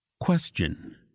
Question